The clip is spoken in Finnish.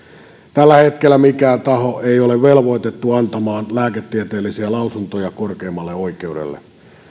tällä hetkellä mikään taho ei ole velvoitettu antamaan lääketieteellisiä lausuntoja korkeimmalle oikeudelle